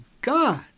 God